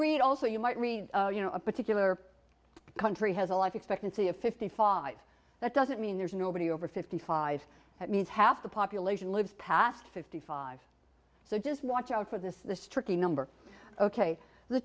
read also you might read you know a particular country has a life expectancy of fifty five that doesn't mean there's nobody over fifty five that means half the population lives past fifty five so just watch out for this this tricky number ok the